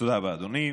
תודה רבה, אדוני.